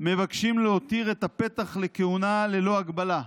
מבקשים להותיר את הפתח לכהונה ללא הגבלה.